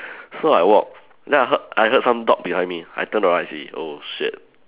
so I walk then I heard I heard some dog behind me I turn around I see oh shit